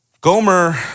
Gomer